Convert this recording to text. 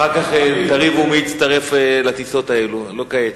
אחר כך תריבו מי יצטרף לטיסות האלה, לא כעת.